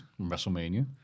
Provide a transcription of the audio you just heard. WrestleMania